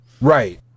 right